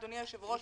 אדוני היושב-ראש,